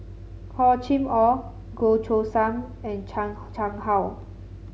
Hor Chim Or Goh Choo San and Chan Chang How